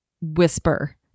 whisper